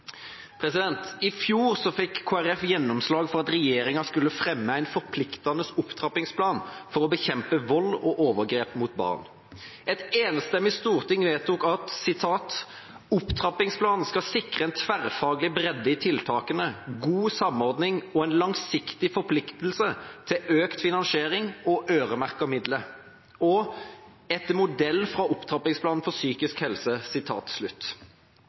I fjor fikk Kristelig Folkeparti gjennomslag for at regjeringa skulle fremme en forpliktende opptrappingsplan for å bekjempe vold og overgrep mot barn. Et enstemmig storting vedtok: «Planen må sikre en tverrfaglig bredde i tiltakene, god samordning, samt en langsiktig forpliktelse til økt finansiering og øremerkede midler.» Og det skulle være «etter modell av opptrappingsplanen for psykisk helse».